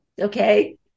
Okay